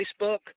Facebook